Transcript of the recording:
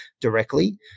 directly